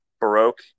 baroque